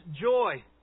joy